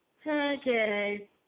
Okay